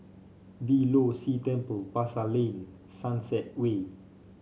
Beeh Low See Temple Pasar Lane Sunset Way